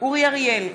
אורי אריאל,